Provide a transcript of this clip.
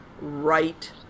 right